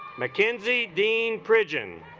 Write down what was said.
mckenzie dean prison